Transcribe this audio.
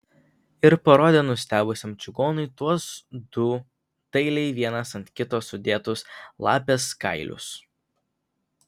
ir parodė nustebusiam čigonui tuos du dailiai vienas ant kito sudėtus lapės kailius